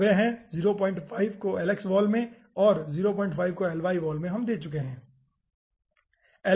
तो वे हैं 0 5 को lx वॉल में और 0 5 को ly वॉल में हम दे चुके हैं ठीक है